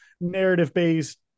narrative-based